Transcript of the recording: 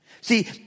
See